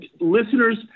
listeners